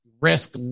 risk